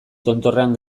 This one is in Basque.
tontorrean